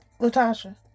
Latasha